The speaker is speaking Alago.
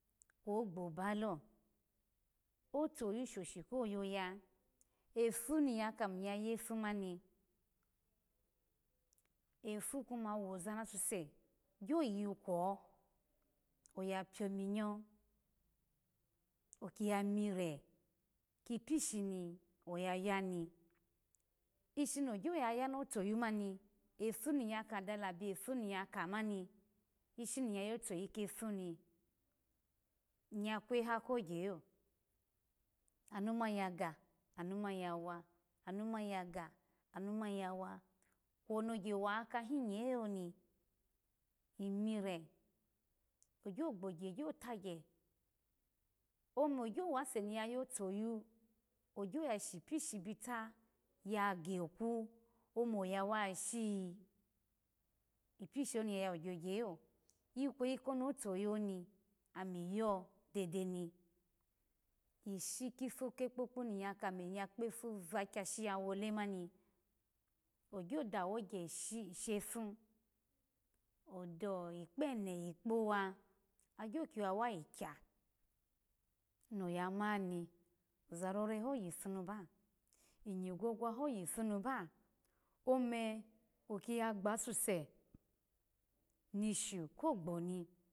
Kwo gboba lo otuyu shoshi koyo yu efo mi yu kamo iya yefo mani efo kuma wozu ni asuse gyo yi kwo oya piymi nyo oki ya mire kipishi ni oya yani ishi ni ogyolo ya ya wotoyu mani efo niya kadala biyo efo niya kamani ishimi iya yotoyu kefo ni iya kweha kogye yo anu mani ya ga anu mani ya wa anu mani ya ga anu mani ya wa koni ogye wakahinye yoni imire ogyo gbogye gyotegye omu ogyo wani ya yotuyu ogyo ya shipishi bita ya geku ome oya wa shiyi ipishi oni ya yawo gyogye yo ikweyi koni ofoyu oni amiyo dede mi ishikkeyo niya kamo ya kpefo vagyashi wole mani ogyo dawo ghe she shefo o do ekpene kpowa agyo kiwa wa yi gya ni oza roeho ipunaba nyigwogwa ho yipunu ba ome oki ya gbasuse ni shu kogboni